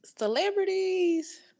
Celebrities